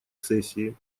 сессии